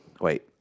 Wait